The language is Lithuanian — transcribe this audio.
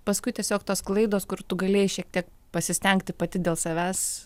paskui tiesiog tos klaidos kur tu galėjai šiek tiek pasistengti pati dėl savęs